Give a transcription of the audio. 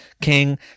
king